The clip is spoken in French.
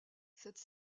cette